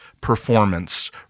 performance